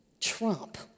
trump